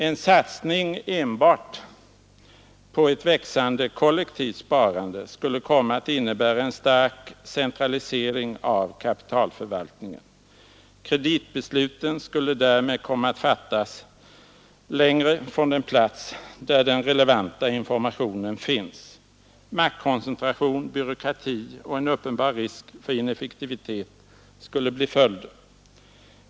En satsning enbart på ett växande kollektivt sparande skulle komma att innebära en stark centralisering av kapitalförvaltningen. Kreditbesluten skulle därmed komma att fattas längre från den plats där den relevanta informationen finns. Maktkoncentration, byråkrati och en uppenbar risk för ineffektivitet skulle bli följden.